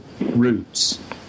roots